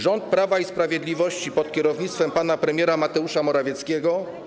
Rząd Prawa i Sprawiedliwości pod kierownictwem pana premiera Mateusza Morawieckiego.